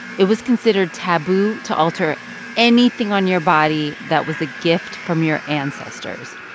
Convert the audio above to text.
it was considered taboo to alter anything on your body that was a gift from your ancestors.